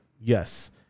Yes